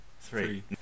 three